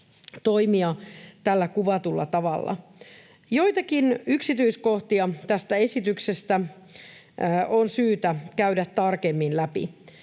toimia tällä kuvatulla tavalla. Joitakin yksityiskohtia tästä esityksestä on syytä käydä tarkemmin läpi.